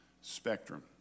spectrum